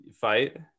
fight